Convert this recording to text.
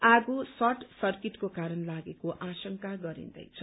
आगो सर्ट सर्किटको कारण लागेको आशंका गरिन्दैछ